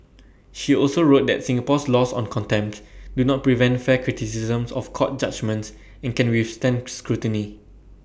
she also wrote that Singapore's laws on contempt do not prevent fair criticisms of court judgements and can withstand scrutiny